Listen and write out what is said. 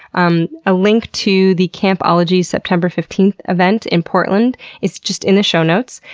um a link to the camp ologies september fifteenth event in portland is just in the show notes.